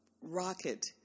rocket